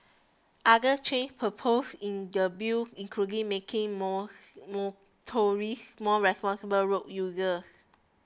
other change propose in the Bill including making motorists more responsible road users